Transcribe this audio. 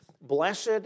Blessed